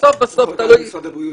זה בסוף בסוף תלוי --- במשרד הבריאות,